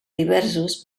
diversos